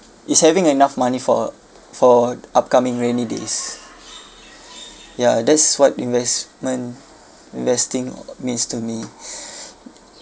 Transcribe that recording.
is having enough money for for upcoming rainy days ya that's what investment investing means to me